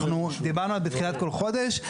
אנחנו דיברנו אז בתחילת כל חודש.